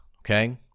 Okay